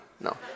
No